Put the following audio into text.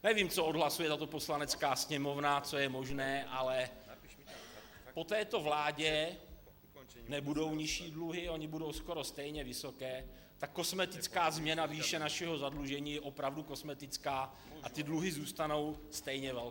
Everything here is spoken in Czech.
Nevím, co odhlasuje tato Poslanecká sněmovna, co je možné, ale po této vládě nebudou nižší dluhy, ony budou skoro stejně vysoké, kosmetická změna výše našeho zadlužení je opravdu kosmetická a dluhy zůstanou stejně velké.